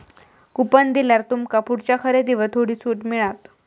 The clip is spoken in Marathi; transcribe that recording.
कुपन दिल्यार तुमका पुढच्या खरेदीवर थोडी सूट मिळात